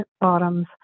bottoms